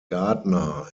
gardner